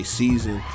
season